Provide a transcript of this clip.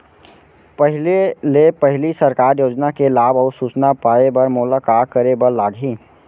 पहिले ले पहिली सरकारी योजना के लाभ अऊ सूचना पाए बर मोला का करे बर लागही?